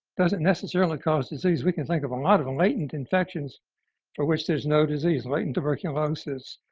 doesn't necessarily cause disease. we can think of a lot of the latent infections for which there is no disease. latent tuberculosis,